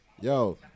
Yo